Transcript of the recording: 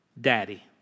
Daddy